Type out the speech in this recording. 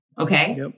okay